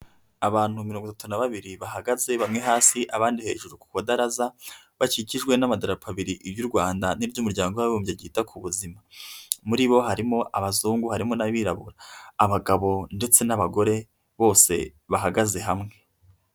Abantu mirongo itatu na babiri, bahagaze bamwe hasi abandi hejuru ku badaraza bakikijwe n'amadarape abiri iry'u Rwanda n'iry'umuryango w'abibumbye ryita ku buzima. Muri bo harimo abazungu harimo n'abirabura. Abagabo ndetse n'abagore, bose bahagaze hamwe.